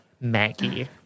Maggie